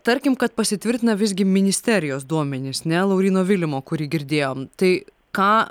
tarkim kad pasitvirtina visgi ministerijos duomenys ne lauryno vilimo kurį girdėjom tai ką